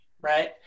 right